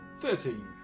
Thirteen